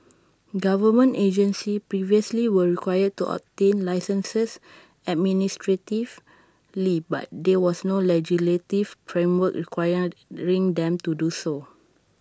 government agencies previously were required to obtain licences administratively but there was no legislative framework requiring them to do so